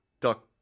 duck